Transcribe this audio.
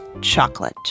chocolate